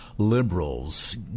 Liberals